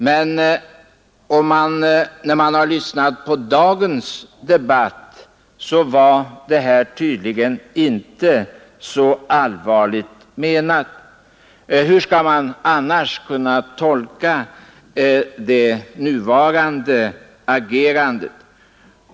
Men att döma av dagens debatt var det här tydligen inte så allvarligt menat. Hur skall man annars tolka det nuvarande agerandet?